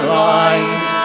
light